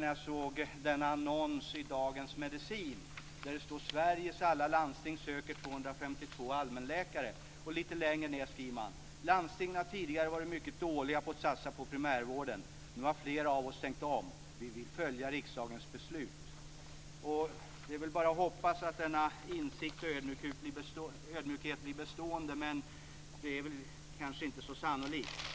när jag såg denna annons i Dagens Medicin där det står: Sveriges alla landsting söker 252 allmänläkare. Lite längre ned skriver man: Landstingen har tidigare varit mycket dåliga på att satsa på primärvården. Nu har flera av oss tänkt om. Vi vill följa riksdagens beslut. Det är väl bara att hoppas att denna insikt och ödmjukhet blir bestående. Men det är kanske inte så sannolikt.